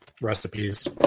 recipes